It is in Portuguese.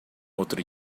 outro